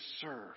serve